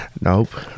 Nope